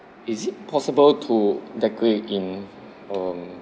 is it possible to decorate in um